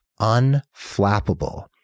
unflappable